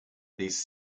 these